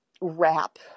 wrap